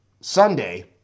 Sunday